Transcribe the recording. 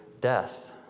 death